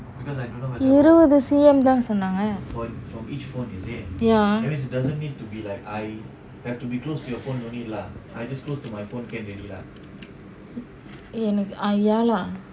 இருவது தான சொன்னாங்க:iruvathu thaana sonanga ya என்னக்கு:ennaku ya lah ya lah